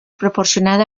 proporcionada